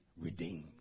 redeemed